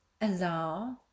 allow